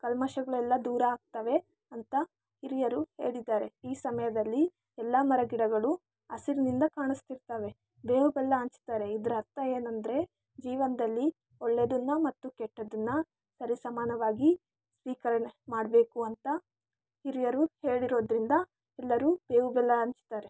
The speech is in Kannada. ಕಲ್ಮಶಗಳೆಲ್ಲ ದೂರ ಆಗ್ತವೆ ಅಂತ ಹಿರಿಯರು ಹೇಳಿದ್ದಾರೆ ಈ ಸಮಯದಲ್ಲಿ ಎಲ್ಲ ಮರಗಿಡಗಳು ಹಸಿರಿನಿಂದ ಕಾಣಿಸ್ತಿರ್ತವೆ ಬೇವು ಬೆಲ್ಲ ಹಂಚ್ತಾರೆ ಇದರ ಅರ್ಥ ಏನೆಂದ್ರೆ ಜೀವನದಲ್ಲಿ ಒಳ್ಳೆಯದನ್ನ ಮತ್ತು ಕೆಟ್ಟದನ್ನು ಸರಿ ಸಾಮಾನವಾಗಿ ಸ್ವೀಕರಣೆ ಮಾಡ್ಬೇಕು ಅಂತ ಹಿರಿಯರು ಹೇಳಿರೋದ್ರಿಂದ ಎಲ್ಲರೂ ಬೇವು ಬೆಲ್ಲ ಹಂಚ್ತಾರೆ